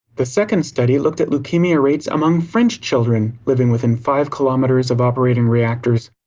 the second study looked at leukemia rates among french children living within five kilometers of operating reactors.